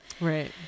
Right